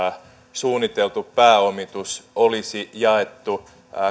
suunniteltu pääomitus olisi jaettu